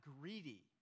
greedy